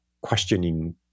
questioning